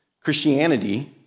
Christianity